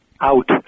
out